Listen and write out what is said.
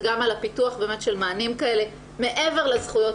זה גם על הפיתוח של מענים כאלה מעבר לזכויות